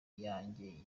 yanjye